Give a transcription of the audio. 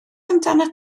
amdanat